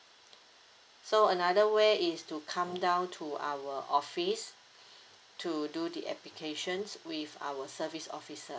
so another way is to come down to our office to do the applications with our service officer